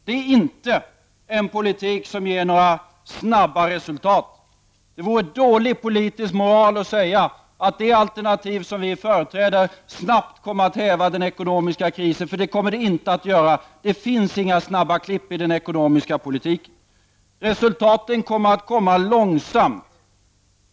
Det är inte en politik som ger några snabba resultat. Det vore dålig politisk moral att säga att det alternativ som vi företräder snabbt kommer att häva den ekonomiska krisen, för det kommer det inte att göra. Det finns inga snabba klipp i den ekonomiska politiken; resultaten kommer långsamt.